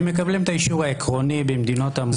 הם מקבלים את האישור העקרוני במדינות המוצא.